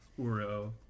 Uro